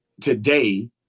today